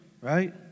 right